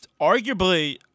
arguably